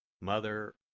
Mother